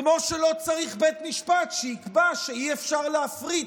כמו שלא צריך בית משפט שיקבע שאי-אפשר להפריט